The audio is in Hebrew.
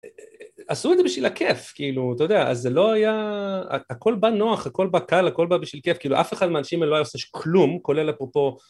עשו את זה בשביל הכיף, כאילו אתה יודע, אז זה לא היה, הכל בא נוח, הכל בא קל, הכל בא בשביל כיף, כאילו אף אחד מהאנשים האלה לא היה עושה כלום, כולל אפרופו